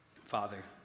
father